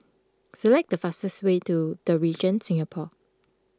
select the fastest way to the Regent Singapore